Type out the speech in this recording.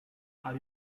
are